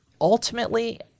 ultimately